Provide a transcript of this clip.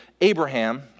Abraham